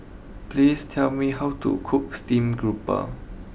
please tell me how to cook stream grouper